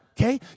okay